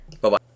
Bye-bye